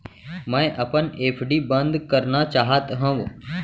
मै अपन एफ.डी बंद करना चाहात हव